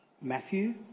Matthew